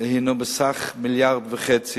הן בסך 1.5 מיליארד,